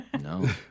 no